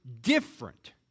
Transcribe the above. different